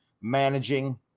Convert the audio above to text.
managing